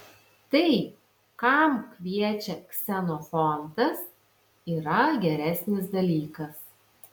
tai kam kviečia ksenofontas yra geresnis dalykas